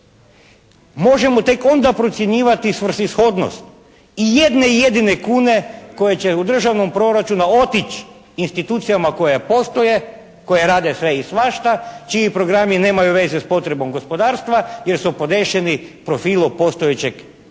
Možemo tek onda procjenjivati svrsishodnost i jedne i jedine kune koja će u državnom proračunu otići institucijama koje postoje, koje rade sve i svašta, čiji programi nemaju veze s potrebom gospodarstva jer su podešeni profilu postojećeg